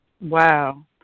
Wow